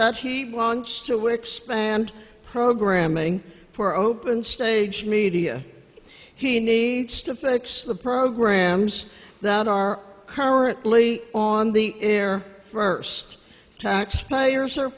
that he belongs to expand programming for open stage media he needs to fix the programs that are currently on the air first taxpayers are